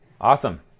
Awesome